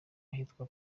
ahitwa